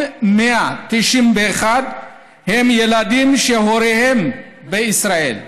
2,191 הם ילדים שהוריהם בישראל,